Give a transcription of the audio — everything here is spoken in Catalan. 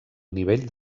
nivell